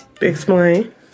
Explain